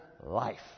life